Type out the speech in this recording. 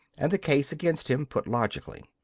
and the case against him put logically.